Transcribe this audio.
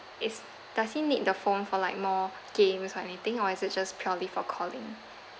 it's does he need the phone for like more games or anything or is it just purely for calling